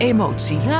Emotie